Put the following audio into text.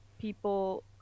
people